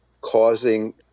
causing